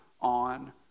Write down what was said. on